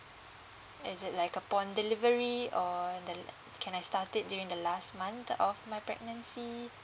is it like upon delivery or the la~ can I start it during the last month of my pregnancy